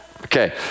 Okay